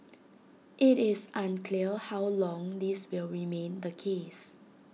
IT is unclear how long this will remain the case